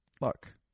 look